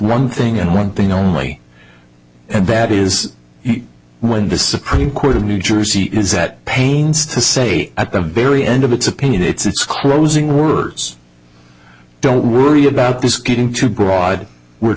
one thing and one thing only and that is when the supreme court of new jersey is that pains to say at the very end of its opinion it's closing words don't worry about this getting too broad we're